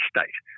State